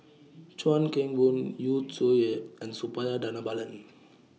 Chuan Keng Boon Yu Zhuye and Suppiah Dhanabalan